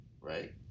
right